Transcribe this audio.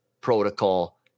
protocol